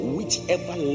Whichever